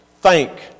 Thank